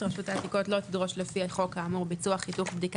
רשות העתיקות לא תדרוש לפי החוק האמור ביצוע חיתוך בדיקה